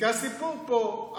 כי הסיפור פה,